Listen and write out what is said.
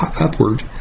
upward